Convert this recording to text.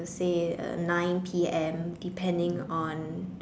say nine P_M depending on